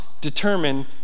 determine